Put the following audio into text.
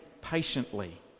patiently